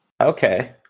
Okay